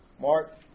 Mark